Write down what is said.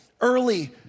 early